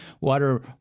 water